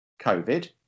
COVID